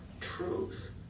truth